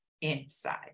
inside